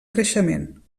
creixement